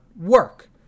work